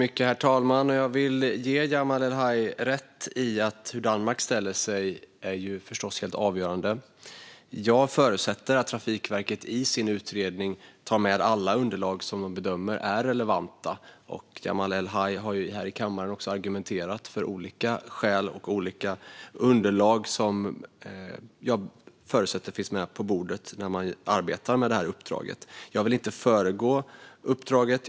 Herr talman! Jag vill ge Jamal El-Haj rätt i att det är helt avgörande hur Danmark ställer sig. Jag förutsätter att Trafikverket i sin utredning tar med alla underlag som de bedömer är relevanta. Jamal El-Haj har ju här i kammaren också argumenterat för olika skäl och underlag som jag förutsätter finns med på bordet när man arbetar med det här uppdraget. Jag vill inte föregripa arbetet med uppdraget.